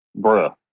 Bruh